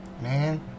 Man